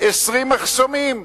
20 מחסומים.